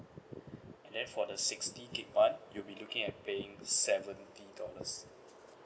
and then for the sixty gig [one] you'll be looking at paying seventy dollars